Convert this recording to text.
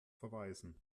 verweisen